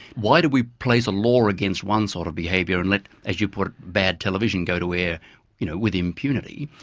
why do we place a law against one sort of behaviour and let, as you put it, bad television go to air you know with impunity?